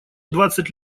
двадцать